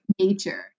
nature